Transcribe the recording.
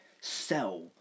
sell